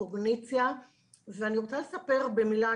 קוגניציה ואני רוצה לספר במילה,